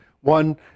One